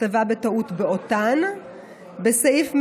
נכתבה בטעות "באותן"; בסעיף 88(1)